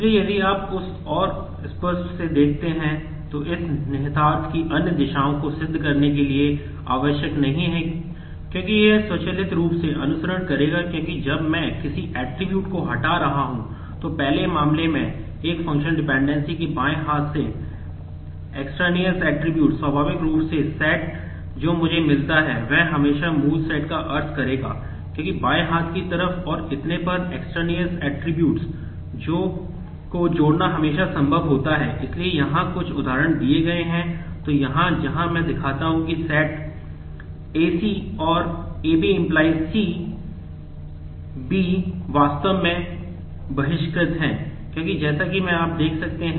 इसलिए यदि आप उस और स्पष्ट रूप से देखते हैं तो इस निहितार्थ की अन्य दिशाओं को सिद्ध करने के लिए आवश्यक नहीं है क्योंकि यह स्वचालित रूप से अनुसरण करेगा क्योंकि जब मैं किसी ऐट्रिब्यूट होने की गणना करके स्थापित कर सकते हैं